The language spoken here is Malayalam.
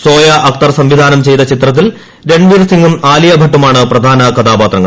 സോയ അക്തർ സംവിധാനം ചെയ്ത ചിത്രത്തിൽ രൺവീർ സിംഗും ആലിയ ഭട്ടുമാണ് പ്രധാന കഥാപാത്രങ്ങൾ